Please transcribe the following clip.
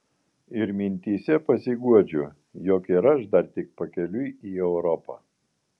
ir mintyse pasiguodžiu jog ir aš dar tik pakeliui į europą